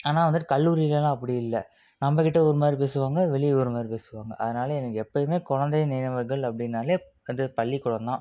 ஆனால் வந்துவிட்டு கல்லூரியிலலாம் அப்படி இல்லை நம்ம கிட்ட ஒரு மாதிரி பேசுவாங்க வெளியே ஒரு மாதிரி பேசுவாங்க அதனால் எனக்கு எப்போயுமே கொலந்தை நினைவுகள் அப்படின்னாலே அது பள்ளிக்கூடம்தான்